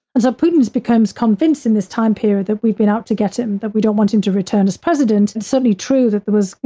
and so, putting this becomes convinced in this time period that we've been out to get him that we don't want him to return as president and certainly true that there was, you